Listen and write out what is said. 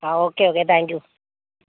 ആ okay okay thank you